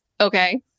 okay